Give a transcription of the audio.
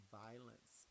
violence